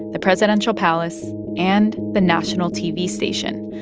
the presidential palace and the national tv station,